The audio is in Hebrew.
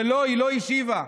ולא, היא לא השיבה.